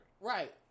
Right